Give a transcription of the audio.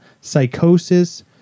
psychosis